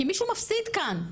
כי מישהו מפסיד כאן.